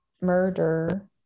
murder